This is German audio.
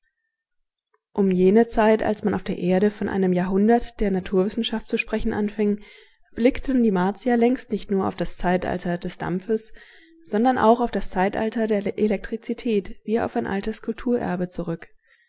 um jene zeit als man auf der erde von einem jahrhundert der naturwissenschaft zu sprechen anfing blickten die martier längst nicht nur auf das zeitalter des dampfes sondern auch auf das zeitalter der elektrizität wie auf ein altes kulturerbe zurück